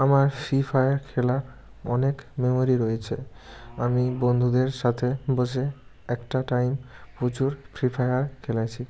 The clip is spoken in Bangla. আমার ফ্রি ফায়ার খেলার অনেক মেমোরি রয়েছে আমি বন্ধুদের সাথে বসে একটা টাইম প্রচুর ফ্রি ফায়ার খেলেছি